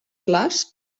clars